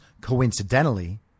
coincidentally